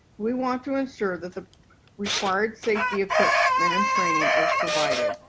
we want to ensure that the required safety equipment and training is provided.